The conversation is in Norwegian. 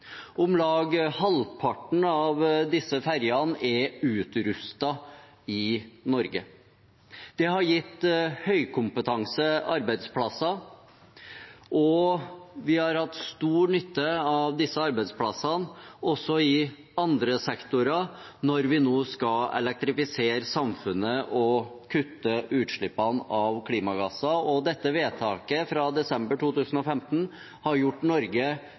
Om lag halvparten av disse ferjene er utrustet i Norge. Det har gitt høykompetansearbeidsplasser, og vi har hatt stor nytte av disse arbeidsplassene også i andre sektorer, når vi nå skal elektrifisere samfunnet og kutte utslippene av klimagasser. Dette vedtaket fra desember 2015 har gjort Norge